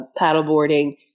paddleboarding